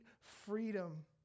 freedom